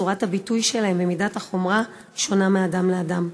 צורת הביטוי שלהם ומידת החומרה שונים מאדם לאדם.